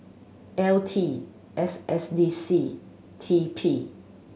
L T S S D C T P